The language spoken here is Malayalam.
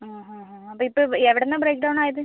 അപ്പം ഇപ്പം എവിടുന്നാ ബ്രേക് ഡൗൺ ആയത്